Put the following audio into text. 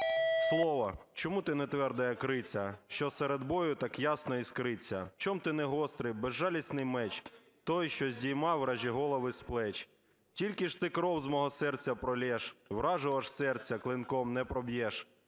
"Слово, чому ти не тверде як криця, Що серед бою так ясно іскриться? Чом ти не гострий, безжалісний меч, Той, що здійма вражі голови з плеч? Тільки ж кров з мого серця проллєш, Вражого ж серця клинком не проб'єш...